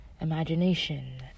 imagination